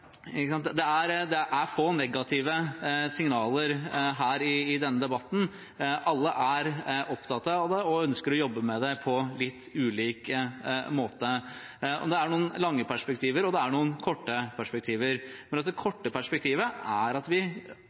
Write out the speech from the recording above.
er det få negative signaler her i denne debatten. Alle er opptatt av det og ønsker å jobbe med det på litt ulik måte. Det er noen lange perspektiver, og det er noen korte perspektiver. Men det korte perspektivet er at vi